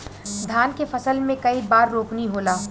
धान के फसल मे कई बार रोपनी होला?